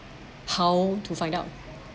how to find out